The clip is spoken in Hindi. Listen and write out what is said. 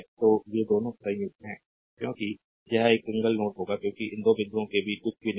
तो ये दोनों संयुक्त हैं क्योंकि यह एक सिंगल नोड होगा क्योंकि इन 2 बिंदुओं के बीच कुछ भी नहीं है